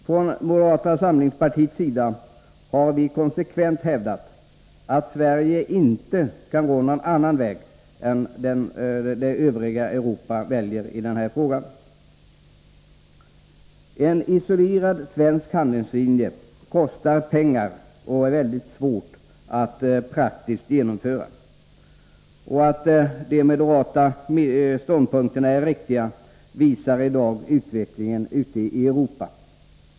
Från moderata samlingspartiets sida har vi konsekvent hävdat att Sverige inte kan gå någon annan väg än den det övriga Europa väljer i denna fråga. En isolerad svensk handlingslinje kostar pengar och är mycket svår att genomföra praktiskt. Att den moderata ståndpunkten är riktig visar utvecklingen i Europa i dag.